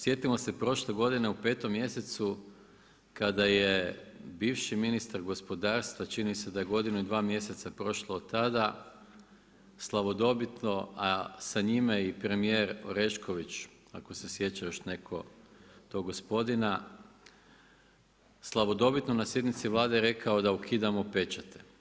Sjetimo se prošle godine u 5 mjesecu kada je bivši ministar gospodarstva, čini mi se da je godinu i 2 mjeseca prošlo od tada, slavodobitno a sa njime i premijer Orešković, ako se sjeća još netko tog gospodina, slavodobitno na sjednici Vlade je rekao da ukidamo pečate.